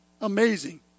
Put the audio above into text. amazing